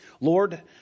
Lord